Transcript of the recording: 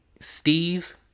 Steve